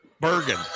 Bergen